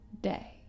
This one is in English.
day